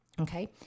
Okay